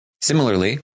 Similarly